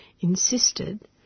insisted